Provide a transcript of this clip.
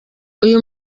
uyu